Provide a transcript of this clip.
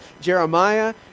Jeremiah